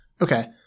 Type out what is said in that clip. okay